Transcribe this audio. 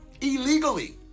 illegally